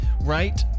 Right